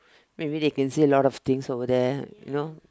wait really you can see a lot of things over there you know